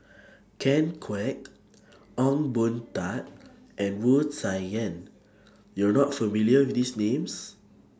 Ken Kwek Ong Boon Tat and Wu Tsai Yen YOU Are not familiar with These Names